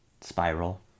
spiral